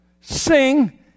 sing